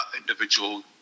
individual